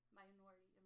minority